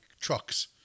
trucks